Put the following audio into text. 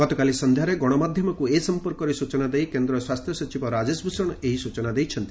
ଗତକାଲି ସନ୍ଧ୍ୟାରେ ଗଣମାଧ୍ୟମକ୍ତ ଏ ସମ୍ପର୍କରେ ସ୍ୱଚନା ଦେଇ କେନ୍ଦ୍ର ସ୍ୱାସ୍ଥ୍ୟ ସଚିବ ରାଜେଶ ଭୂଷଣ ଏହି ସ୍ଟଚନା ଦେଇଛନ୍ତି